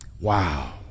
Wow